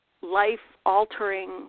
life-altering